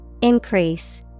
Increase